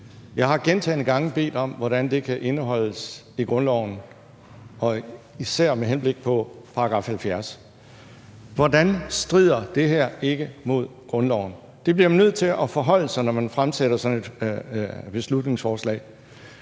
Jeg har gentagne gange bedt om, hvordan det kan indeholdes i grundloven, især med henblik på § 70. Hvordan strider det her ikke mod grundloven? Det bliver man nødt til at forholde sig til, når man fremsætter sådan et beslutningsforslag.